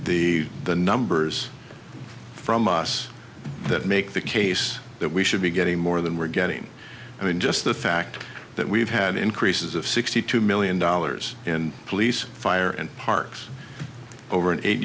the the numbers from us that make the case that we should be getting more than we're getting i mean just the fact that we've had increases of sixty two million dollars in police fire and parks over an eight